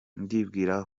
ndibwira